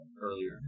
earlier